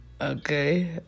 Okay